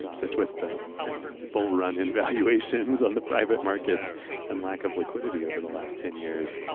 just with the bull run evaluations on the private markets and lack of liquidity over the last ten years.